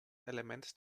element